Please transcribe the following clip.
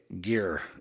gear